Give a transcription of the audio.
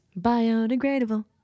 Biodegradable